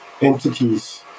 entities